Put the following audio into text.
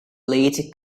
later